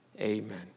Amen